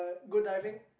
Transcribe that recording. go diving